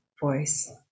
voice